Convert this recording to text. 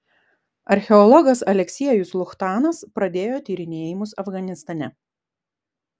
archeologas aleksiejus luchtanas pradėjo tyrinėjimus afganistane